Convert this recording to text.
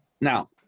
now